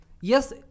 yes